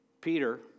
Peter